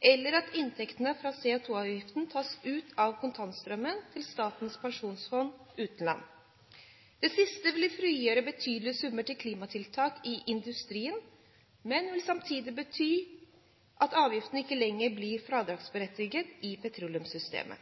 eller at inntektene fra CO2-avgiften tas ut av kontantstrømmen til Statens pensjonsfond utland. Det siste vil frigjøre betydelige summer til klimatiltak i industrien, men vil samtidig bety at avgiften ikke lenger blir fradragsberettiget i petroleumsskattesystemet.